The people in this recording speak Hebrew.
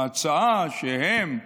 ההצעה שהם,